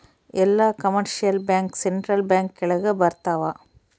ಎಲ್ಲ commercial bank central bank ಕೆಳಗ ಬರತಾವ